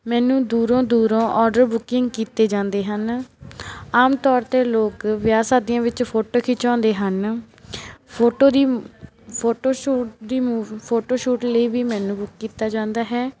ਮੈਨੂੰ ਦੂਰੋਂ ਦੂਰੋਂ ਆਰਡਰ ਬੁਕਿੰਗ ਕੀਤੇ ਜਾਂਦੇ ਹਨ ਆਮ ਤੌਰ 'ਤੇ ਲੋਕ ਵਿਆਹ ਸ਼ਾਦੀਆਂ ਵਿੱਚ ਫੋਟੋ ਖਿਚਵਾਉਂਦੇ ਹਨ ਫੋਟੋ ਦੀ ਫੋਟੋਸ਼ੂਟ ਦੀ ਮੁਵ ਫੋਟੋਸ਼ੂਟ ਲਈ ਵੀ ਮੈਨੂੰ ਬੂਕ ਕੀਤਾ ਜਾਂਦਾ ਹੈ